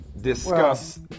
discuss